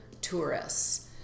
tourists